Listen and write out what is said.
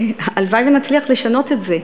הלוואי שנצליח לשנות את זה.